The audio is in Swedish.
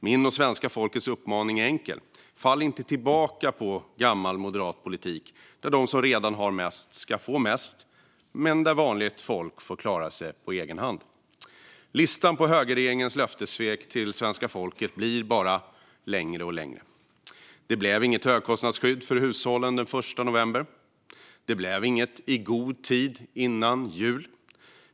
Min och svenska folkets uppmaning är enkel: Fall inte tillbaka på gammal moderat politik där de som redan har mest ska få mest men där vanligt folk får klara sig på egen hand! Listan på högerregeringens löftessvek till svenska folket blir bara längre och längre. Det blev inget högkostnadsskydd för hushållen den 1 november, och det blev inget i god tid före jul.